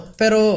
pero